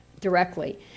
directly